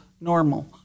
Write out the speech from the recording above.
normal